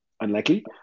unlikely